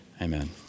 Amen